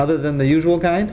other than the usual guy